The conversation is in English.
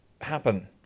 happen